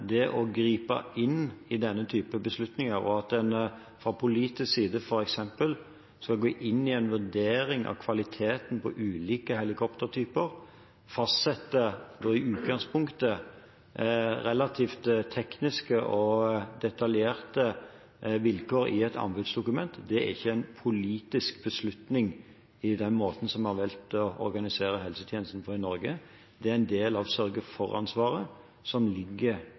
en fra politisk side f.eks. skal gå inn i en vurdering av kvaliteten på ulike helikoptertyper, fastsette i utgangspunktet relativt tekniske og detaljerte vilkår i et anbudsdokument – det er ikke måten vi har valgt å organisere helsetjenesten på i Norge. Det er en del av sørge-for-ansvaret, som nå ligger i helseregionene. Det er en holdning til beslutningsansvar og -nivå som ikke er nytt for min del, men som